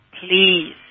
Please